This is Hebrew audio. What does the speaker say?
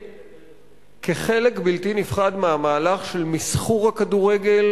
כחלק בלתי נפרד מהמהלך של מסחור הכדורגל,